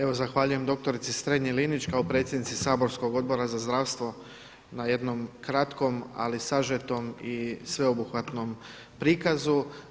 Evo zahvaljujem doktorici Strenji-Linić kao predsjednici saborskog odbora za zdravstvo na jednom kratkom, ali sažetom i sveobuhvatnom prikazu.